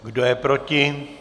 Kdo je proti?